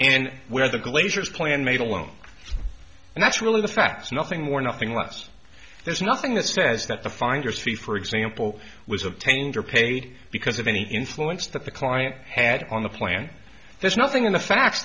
and where the glazers plan made a loan and that's really the facts nothing more nothing less there's nothing that says that the finders fee for example was obtained or paid because of any influence that the client had on the plant there's nothing in the facts